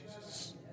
Jesus